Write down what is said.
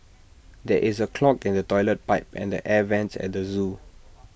there is A clog in the Toilet Pipe and the air Vents at the Zoo